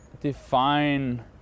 define